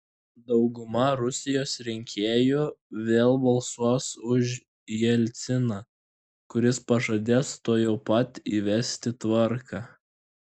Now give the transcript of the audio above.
dauguma rusijos rinkėjų vėl balsuos už jelciną kuris pažadės tuojau pat įvesti tvarką